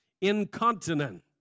Incontinent